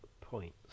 points